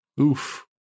Oof